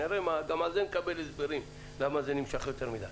גם על זה נקבל הסברים, למה זה נמשך יותר מדי.